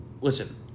listen